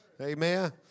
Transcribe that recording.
Amen